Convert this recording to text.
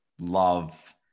love